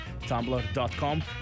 tumblr.com